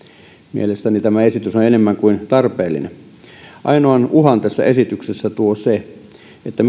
mielestäni tämä esitys on enemmän kuin tarpeellinen ainoan uhan tässä esityksessä tuo se että